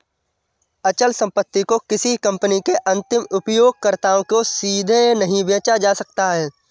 अचल संपत्ति को किसी कंपनी के अंतिम उपयोगकर्ताओं को सीधे नहीं बेचा जा सकता है